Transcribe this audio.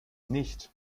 nicht